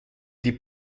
die